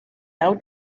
out